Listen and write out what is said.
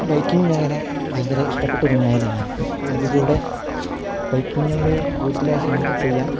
biking മേഖല ഭയങ്കര ഇഷ്ടപ്പെട്ട ഒരു മേലയാണ് അതിലൂടെ ബൈക്കിംഗ് മേഖലയെ കൂടുതലായി ഹാൻഡിൽ ചെയ്യാൻ